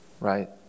right